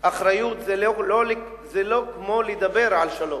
אחריות זה לא כמו לדבר על שלום.